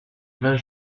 vingt